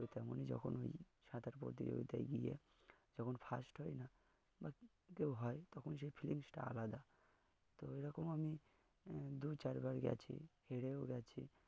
ত তেমনই যখন ওই সাঁতার প্রতিযোগিতায় গিয়ে যখন ফার্স্ট হয় না বা কেউ হয় তখন সেই ফিলিংসটা আলাদা তো এরকম আমি দু চারবার গেছি হেরেও গেছি